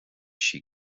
she